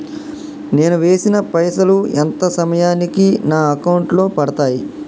నేను వేసిన పైసలు ఎంత సమయానికి నా అకౌంట్ లో పడతాయి?